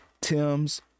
Tim's